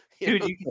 Dude